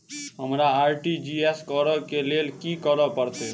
हमरा आर.टी.जी.एस करऽ केँ लेल की करऽ पड़तै?